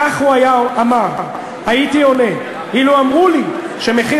כך הוא אמר: "הייתי עונה" "אילו אמרו לי שמחיר